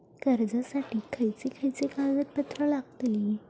कर्जासाठी खयचे खयचे कागदपत्रा लागतली?